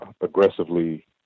aggressively